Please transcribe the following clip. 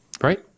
right